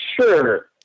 Sure